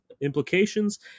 implications